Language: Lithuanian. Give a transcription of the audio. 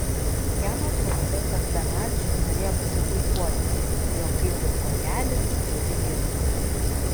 jam atrodė kad zdanavičius norėjo pasipuikuoti jog kaip ir kojelis turi ginklą